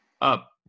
up